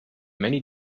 many